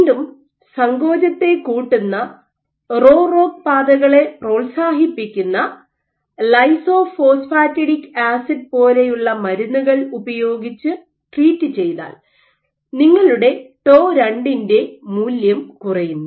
വീണ്ടും സങ്കോചത്തെ കൂട്ടുന്ന റോ റോക്ക് പാതകളെ പ്രോത്സാഹിപ്പിക്കുന്ന ലൈസോഫോസ്ഫാറ്റിഡിക് ആസിഡ് പോലെയുള്ള മരുന്നുകൾ ഉപയോഗിച്ച് ട്രീറ്റ് ചെയ്താൽ നിങ്ങളുടെ ടോ 2 ൻറെ മൂല്യം കുറയുന്നു